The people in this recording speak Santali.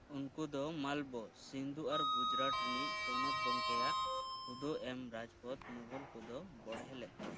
ᱩᱱᱠᱩ ᱫᱚ ᱢᱟᱞᱵᱚ ᱥᱤᱱᱫᱩ ᱟᱨ ᱜᱩᱡᱨᱟᱴ ᱨᱤᱱᱤᱡ ᱯᱚᱱᱚᱛ ᱜᱚᱢᱠᱮᱭᱟᱜ ᱦᱩᱫᱟᱹ ᱮᱢ ᱨᱟᱡ ᱯᱚᱫ ᱠᱚᱫᱚ ᱢᱩᱜᱷᱚᱞ ᱠᱚᱫᱚ ᱵᱚᱲᱦᱮ ᱞᱮᱫ ᱠᱚᱣᱟᱠᱚ